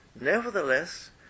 Nevertheless